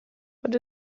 what